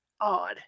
odd